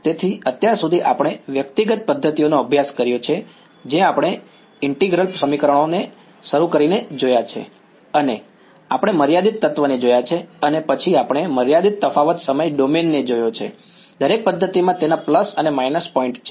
તેથી અત્યાર સુધી આપણે વ્યક્તિગત પદ્ધતિઓનો અભ્યાસ કર્યો છે જે આપણે ઈન્ટીગ્રલ સમીકરણોથી શરૂ કરીને જોયા છે અને આપણે મર્યાદિત તત્વને જોયા છે અને પછી આપણે મર્યાદિત તફાવત સમય ડોમેન ને જોયો છે દરેક પદ્ધતિમાં તેના પ્લસ અને માઈનસ પોઈન્ટ છે